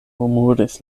murmuris